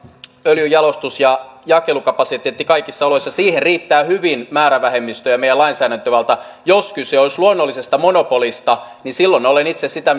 öljynjalostus ja jakelukapasiteetti kaikissa oloissa siihen riittää hyvin määrävähemmistö ja meidän lainsäädäntövalta jos kyse olisi luonnollisesta monopolista niin silloin olen itse sitä